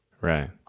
Right